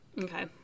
Okay